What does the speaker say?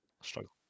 Struggle